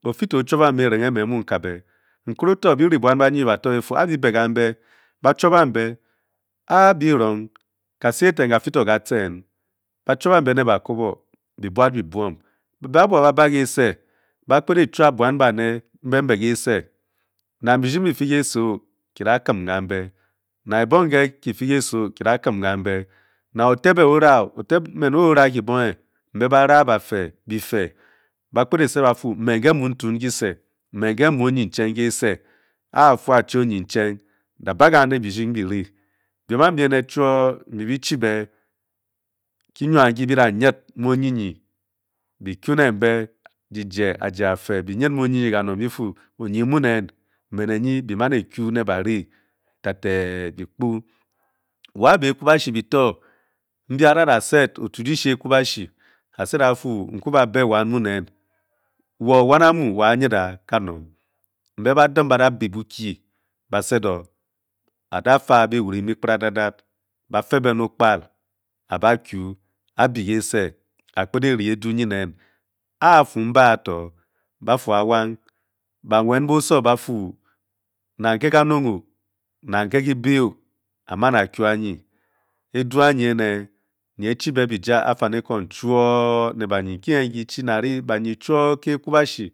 Ofi-to-ochuobang me kivenge mu kabe nkere otóo a biri buon banyi-nyi bato a bi be ká mbé ba chuabang be a birong ke si kafi to-ko chen ba chaubong be ne bakobo be buad be buom mbe ba bonle be be kese ba pet e-cnoub buanbane be be kase nang biji bifi kese ó ki da kin kámbe, nang ote be orà ki-bonge nbe ba'mbe, nang ote be ora, ki-bonge nbe ba'va bifee ba gbet e-sed ba funela bny tuon kesi ke wamy onunchen ba ne eriging kese biri biem a rusi chon nbechi be chi be krnuang nki be da ru ne nyi be da nyd-mu onyi-nyi, kanong befm oned mu nen bi man eku ne mpi na bari tete bikpu wa be ekwabaschi betor nbe a da-sed ofu dishi euwaba shi a-sea afi bka ba-be wan munen, wa wan abu wa anyol á uanog mbe ba dim ba da bi bokii ba sed o a dage a be wru nbi bradadad be-e ben okpal Aba ku abi kese gbet eri edun nyd nen afu abéafo ba fu a wang ba'nwet mbe so bafu nang kanong nang ke vibe a man a ka anyi eduu, anyi eve nyi echibe eja afane uong chou ne banyi Nci ke nun chi banyi choa leekuavachi.